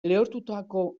lehortutako